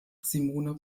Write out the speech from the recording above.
simone